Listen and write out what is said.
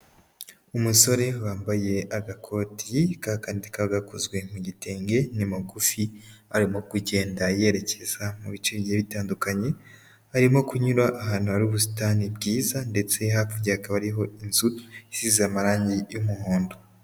Umusore wambaye agakoti ka kandika kaba gakozwe mu gitenge, ni mugufi, arimo kugenda yerekeza mu bice bigiye bitandukanye, arimo kunyura ahantu hari ubusitani bwiza, ndetse hakurya hakaba hariho inzu isize amarange y'umuhondo.